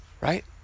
Right